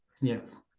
Yes